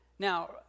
Now